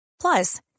plus